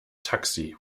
taxi